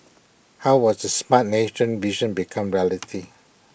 how will the Smart Nation vision become reality